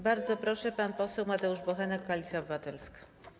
Bardzo proszę, pan poseł Mateusz Bochenek, Koalicja Obywatelska.